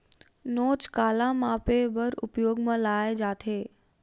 नोच काला मापे बर उपयोग म लाये जाथे?